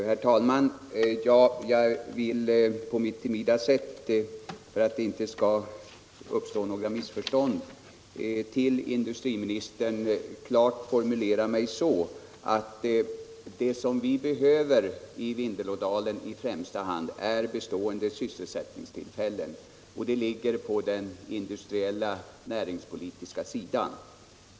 Herr talman! Jag vill på mitt timida sätt — för att det inte skall uppstå något missförstånd — till industriministern klart formulera mig så här: Det vi i första hand behöver i Vindelådalen är bestående sysselsättningstillfällen på den industriella näringspolitiska sidan.